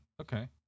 Okay